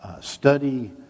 study